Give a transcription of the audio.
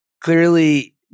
Clearly